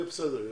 יהיה בסדר.